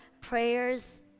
prayers